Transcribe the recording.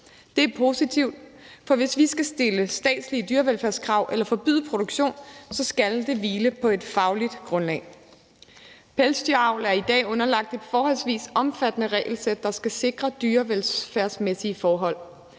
Det er positivt, for hvis vi skal stille statslige dyrevelfærdskrav eller forbyde produktionen, skal det hvile på et fagligt grundlag. Pelsdyravl er i dag underlagt et forholdsvis omfattende regelsæt, der skal sikre dyrevelfærdsmæssige forhold,